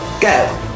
go